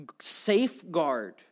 safeguard